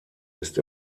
ist